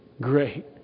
great